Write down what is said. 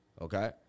okay